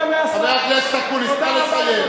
חבר הכנסת אקוניס, נא לסיים.